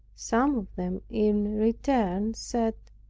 some of them in return said,